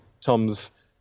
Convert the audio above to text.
Tom's